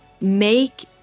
make